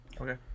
Okay